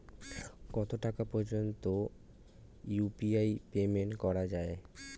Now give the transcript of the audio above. কত টাকা পর্যন্ত ইউ.পি.আই পেমেন্ট করা যায়?